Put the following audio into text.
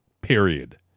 Period